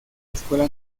escuela